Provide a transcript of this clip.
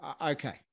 okay